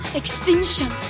extinction